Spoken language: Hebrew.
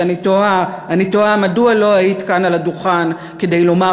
אני תוהה מדוע לא היית כאן על הדוכן כדי לומר